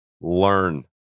Learn